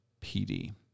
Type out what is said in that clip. PD